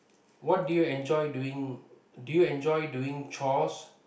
what do you enjoy doing do you enjoy doing chores